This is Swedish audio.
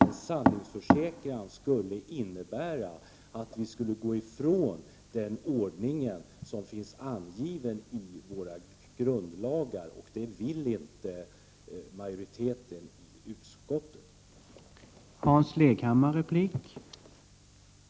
En sanningsförsäkran skulle innebära att vi gick ifrån den ordning som finns angiven i grundlagarna, och det vill inte majoriteten i utskottet göra.